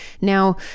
Now